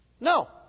No